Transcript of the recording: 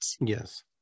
Yes